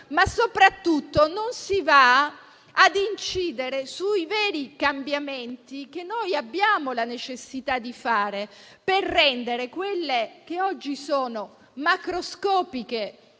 ma soprattutto non si va ad incidere sui veri cambiamenti che abbiamo la necessità di adottare per colmare le odierne macroscopiche